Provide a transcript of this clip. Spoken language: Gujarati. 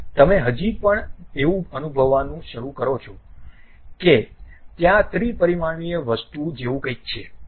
તમે હજી પણ એવું અનુભવવાનું શરૂ કરો છો કે ત્યાં ત્રિ પરિમાણીય વસ્તુ જેવું કંઈક છે